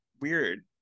weird